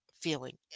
feeling